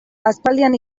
aspaldian